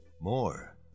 More